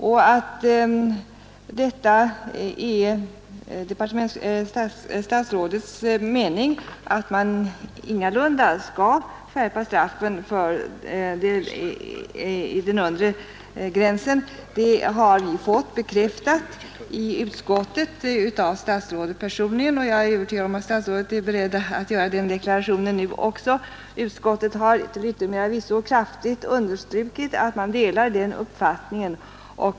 Vi har i utskottet fått bekräftat av statsrådet personligen att det ingalunda är statsrådets mening att man skall skärpa straffen vid den undre gränsen. Jag är förvissad om att statsrådet är beredd att göra den deklarationen nu också. Utskottet har till yttermera visso kraftigt understrukit att utskottet delar den uppfattningen.